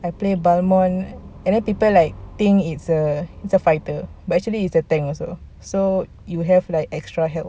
I play balmond and then people think it's a it's a fighter but actually it's a tank so so you have like extra health